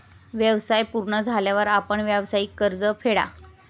व्यवसाय पूर्ण झाल्यावर आपण व्यावसायिक कर्ज फेडा